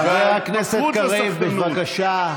חבר הכנסת קריב, בבקשה.